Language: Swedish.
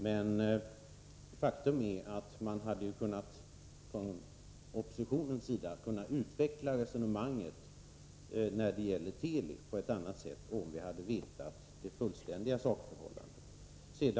Men faktum är att man från oppositionens sida hade kunnat utveckla resonemanget när det gäller Teli på ett annat sätt om vi hade känt till det fullständiga sakförhållandet.